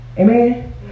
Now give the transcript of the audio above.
Amen